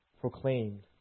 proclaimed